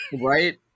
Right